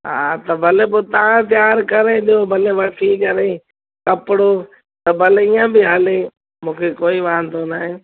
हा त भले पोइ तव्हां तयार करे ॾियो भले वठी करे कपिड़ो त भले इहो बि हले मूंखे कोई वांदो न आहे